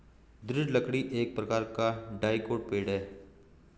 दृढ़ लकड़ी एक प्रकार का डाइकोट पेड़ है